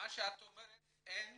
שאין